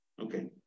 Okay